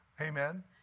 Amen